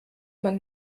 man